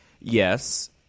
Yes